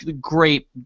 great